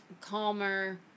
calmer